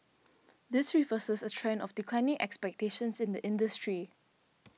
this reverses a trend of declining expectations in the industry